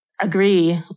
agree